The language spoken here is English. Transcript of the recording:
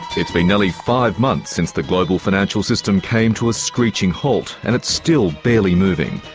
it's been nearly five months since the global financial system came to a screeching halt, and it's still barely moving.